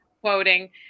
quoting